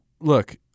look